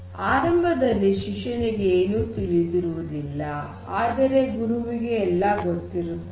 ಆರಂಭದಲ್ಲಿ ಶಿಷ್ಯನಿಗೆ ಏನೂ ತಿಳಿದಿರುವುದಿಲ್ಲ ಆದರೆ ಗುರುವಿಗೆ ಎಲ್ಲ ಗೊತ್ತಿರುತ್ತದೆ